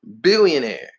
Billionaire